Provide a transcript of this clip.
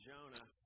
Jonah